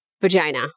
vagina